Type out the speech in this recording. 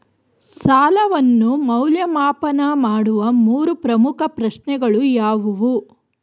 ಸಾಲವನ್ನು ಮೌಲ್ಯಮಾಪನ ಮಾಡುವ ಮೂರು ಪ್ರಮುಖ ಪ್ರಶ್ನೆಗಳು ಯಾವುವು?